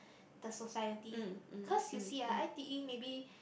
the society cause you see ah I_T_E maybe